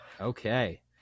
Okay